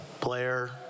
player